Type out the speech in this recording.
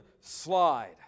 slide